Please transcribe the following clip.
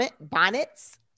bonnets